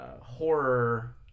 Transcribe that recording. horror